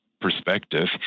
perspective